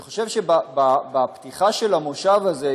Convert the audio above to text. אני חושב שבפתיחה של המושב הזה,